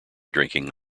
drinking